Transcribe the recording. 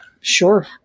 Sure